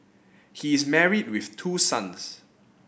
he is married with two sons